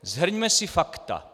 Shrňme si fakta.